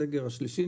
הסגר השלישי,